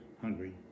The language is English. hungry